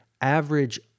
average